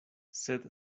sed